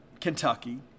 Kentucky